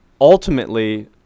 ultimately